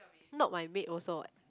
not my maid also what